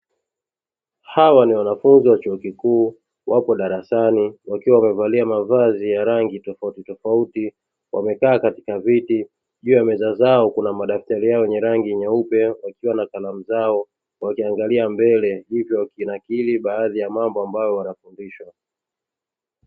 Hawa ni wanafunzi wa chuo kikuu wapo darasani wakiwa wamevalia mavazi ya rangi tofauti tofauti, wamekaa katika viti juu ya meza zao kuna madaftari yao yenye rangi nyeupe, wakiwa na kalamu zao wakiangalia mbele hivyo wakinakili baadhi ya mambo ambayo wanafundishwa.